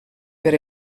per